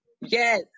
Yes